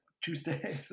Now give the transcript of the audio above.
Tuesday